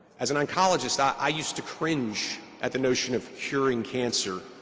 as an oncologist i used to cringe at the notion of curing cancer,